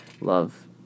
love